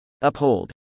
Uphold